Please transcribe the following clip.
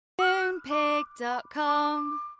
Moonpig.com